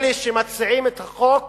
אלה שמציעים את החוק